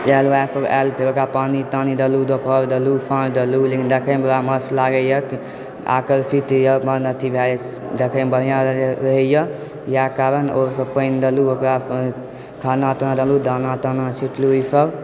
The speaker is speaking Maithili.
ओएह सब आएल तऽ फेर ओकरा पानी तानी देलहुँ दोपहर देलहुँ साँझ देलहुँ लेकिन देखैमे बड़ा मस्त लागैए आकर्षित यऽ मन अथी भए जाइत छै देखैमे बढ़िआँ रहैए इएह कारण पानि देलहुँ ओकरा पानि देलहुँ खाना ताना देलहुँ दाना छै छिटलहुँ ई सब